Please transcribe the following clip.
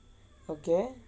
okay